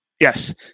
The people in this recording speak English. Yes